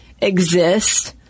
exist